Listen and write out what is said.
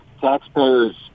taxpayers